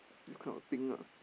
this kind of thing ah